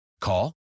Call